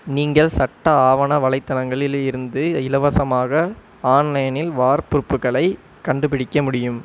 நீங்கள் சட்ட ஆவண வலைத்தளங்களில் இருந்து இலவசமாக ஆன்லைனில் வார்புருப்புக்களைக் கண்டுபிடிக்க முடியும்